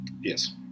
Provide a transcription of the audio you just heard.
Yes